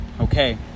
Okay